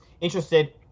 interested